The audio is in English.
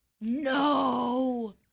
No